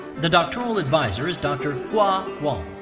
the doctoral advisor is dr. hua wang.